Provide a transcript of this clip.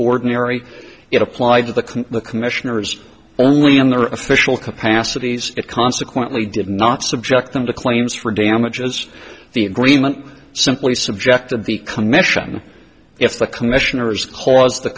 ordinary it applied to the the commissioners only in their official capacities it consequently did not subject them to claims for damages the agreement simply subject of the commission if the commissioners cause the